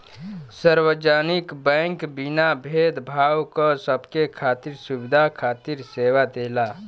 सार्वजनिक बैंक बिना भेद भाव क सबके खातिर सुविधा खातिर सेवा देला